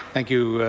thank you,